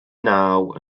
naw